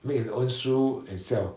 make his own shoe and sell